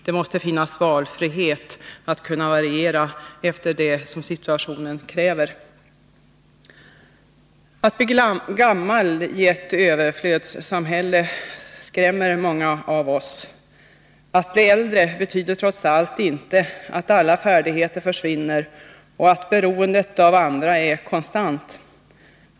Det måste finnas en valfrihet och möjlighet att variera efter det som situationen kräver. Att bli gammal i ett överflödssamhälle skrämmer många av oss. Att bli äldre betyder trots allt inte att alla färdigheter försvinner och att beroendet av andra är konstant.